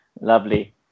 lovely